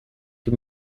die